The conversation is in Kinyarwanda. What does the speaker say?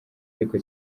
ariko